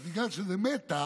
אז בגלל שזה מטא